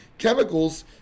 chemicals